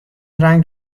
رنگ